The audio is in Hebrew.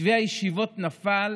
מתווה הישיבות נפל